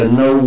no